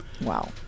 Wow